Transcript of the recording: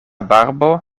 barbo